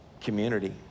community